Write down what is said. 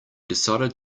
decided